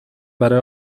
برای